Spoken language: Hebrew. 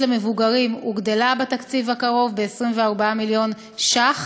למבוגרים הוגדלה בתקציב הקרוב ב-24 מיליון ש"ח